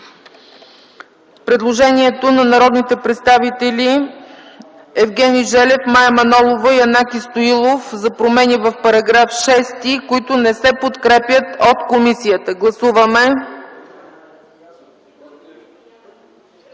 предложението на народните представители Евгений Желев, Мая Манолова и Янаки Стоилов за промени в § 6, което не се подкрепя от комисията. Гласували